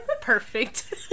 Perfect